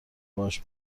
باهاش